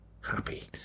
happy